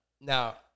Now